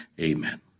Amen